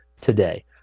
today